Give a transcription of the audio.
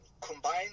combined